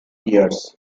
years